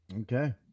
Okay